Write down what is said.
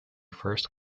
first